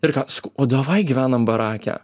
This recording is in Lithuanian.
ir ką sakau o davai gyvenam barake